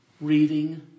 reading